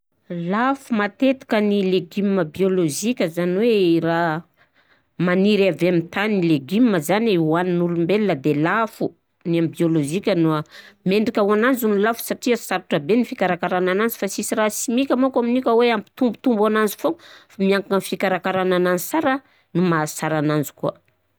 Lafo matetika ny légume biôlôzika, zany hoe raha maniry avy amin'ny tany ny légume zany e hoanin'olombel de lafo ny an'ny biôlôzika noa- mendrika ho ananzy ny lafo satria sarotra be ny fikarakarana ananzy fa sisy raha simika manko amnio ka hoe hampitombotombo ananzy foana fa miankina amin'ny fikarakarana ananzy sara no maha sara anazy koà.